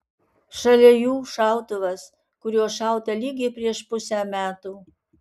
šalia jų šautuvas kuriuo šauta lygiai prieš pusę metų